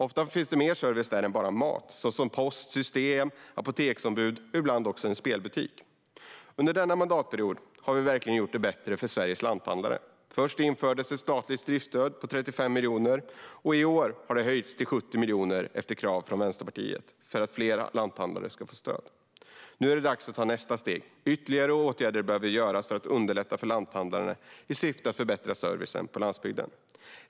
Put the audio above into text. Ofta finns där mer service än bara mat, såsom post, systembolag, apoteksombud och ibland också en spelbutik. Under denna mandatperiod har vi verkligen gjort det bättre för Sveriges lanthandlare. Först infördes ett statligt driftsstöd på 35 miljoner, och i år har det höjts till 70 miljoner efter krav från Vänsterpartiet för att fler lanthandlare ska få stöd. Nu är det dags att ta nästa steg. Ytterligare åtgärder behöver vidtas för att underlätta för lanthandlarna i syfte att förbättra servicen på landsbygden.